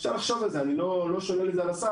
אפשר לחשוב על זה ואני לא שולל את זה על הסף,